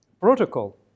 protocol